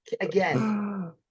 again